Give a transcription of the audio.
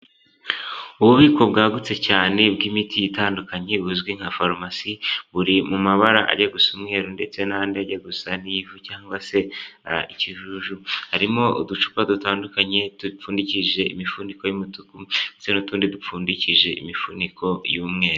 Ububiko bwagutse cyane bw'imiti itandukanye buzwi nka farumasi, buri mu mabara ajya gusa umweru ndetse n'andi ajya gusa nk'ivu cyangwa se ikijuju, harimo uducupa dutandukanye dupfundikije imifuniko y'umutuku ndetse n'utundi dupfundikije imifuniko y'umweru.